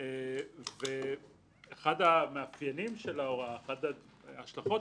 וגם התופעה